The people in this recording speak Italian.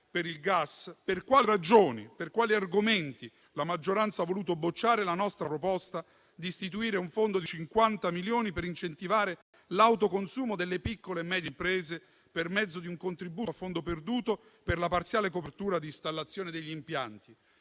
Per quali ragioni, per quali argomenti la maggioranza ha voluto bocciare la nostra proposta di istituire un fondo di 50 milioni per incentivare l'autoconsumo delle piccole e medie imprese, per mezzo di un contributo a fondo perduto per la parziale copertura dell'installazione degli impianti?